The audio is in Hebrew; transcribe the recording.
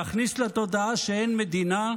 להכניס לתודעה שאין מדינה?